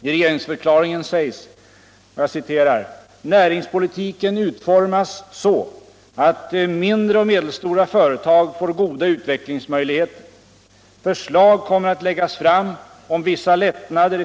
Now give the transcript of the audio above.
I regeringsförklaringen sägs att näringspolitiken måste ”utformas så att mindre och medelstora företag får goda utvecklingsmöjligheter. — Herr talman!